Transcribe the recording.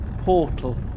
portal